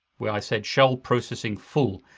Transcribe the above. where i said shell processing full.